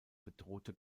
bedrohte